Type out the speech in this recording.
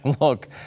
look